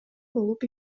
болуп